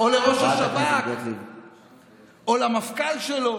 או לראש השב"כ או למפכ"ל שלו.